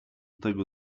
tego